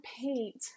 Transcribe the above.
paint